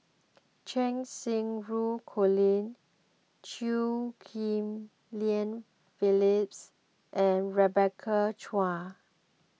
Cheng Xinru Colin Chew Ghim Lian Phyllis and Rebecca Chua